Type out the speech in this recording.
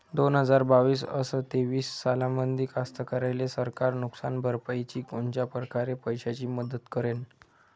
दोन हजार बावीस अस तेवीस सालामंदी कास्तकाराइले सरकार नुकसान भरपाईची कोनच्या परकारे पैशाची मदत करेन?